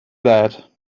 that